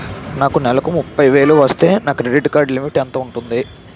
నాకు నెలకు ముప్పై వేలు వస్తే నా క్రెడిట్ కార్డ్ లిమిట్ ఎంత ఉంటాది?